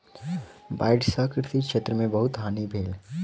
बाइढ़ सॅ कृषि क्षेत्र में बहुत हानि भेल